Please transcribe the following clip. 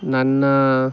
ನನ್ನ